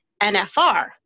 NFR